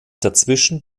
dazwischen